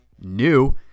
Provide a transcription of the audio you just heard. new